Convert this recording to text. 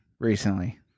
recently